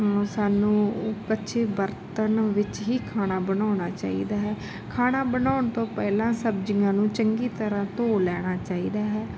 ਸਾਨੂੰ ਕੱਚੇ ਬਰਤਨ ਵਿੱਚ ਹੀ ਖਾਣਾ ਬਣਾਉਣਾ ਚਾਹੀਦਾ ਹੈ ਖਾਣਾ ਬਣਾਉਣ ਤੋਂ ਪਹਿਲਾਂ ਸਬਜ਼ੀਆਂ ਨੂੰ ਚੰਗੀ ਤਰ੍ਹਾਂ ਧੋ ਲੈਣਾ ਚਾਹੀਦਾ ਹੈ